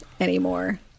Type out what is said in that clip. anymore